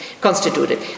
constituted